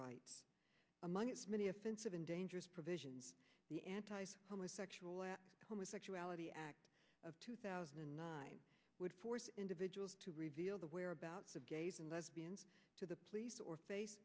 rights among many offensive and dangerous provisions the antis homosexuals homosexuality act of two thousand and nine would force individuals to reveal the whereabouts of gays and lesbians to the police or